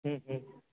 ह्म्म ह्म्म